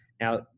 Now